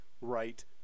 right